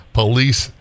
police